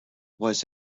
was